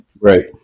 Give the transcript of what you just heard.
Right